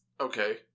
Okay